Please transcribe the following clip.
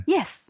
Yes